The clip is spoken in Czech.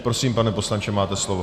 Prosím, pane poslanče, máte slovo.